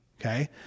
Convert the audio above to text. okay